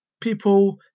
people